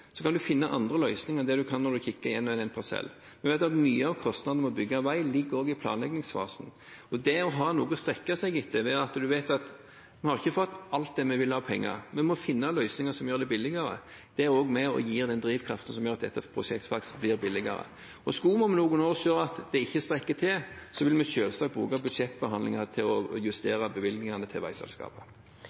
kan finne andre løsninger enn det man kan når man ser på en og en parsell. Vi vet at mye av kostnadene ved å bygge vei ligger i planleggingsfasen. En må ha noe å strekke seg etter når en vet at en ikke har fått alle pengene en vil, men en må finne løsninger som gjør det billigere. Det er med på å gi den drivkraften som gjør at dette prosjektet blir billigere. Skulle vi om noen år se at det ikke strekker til, vil vi selvsagt bruke budsjettbehandlinger til å justere bevilgningene til veiselskapet.